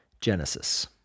Genesis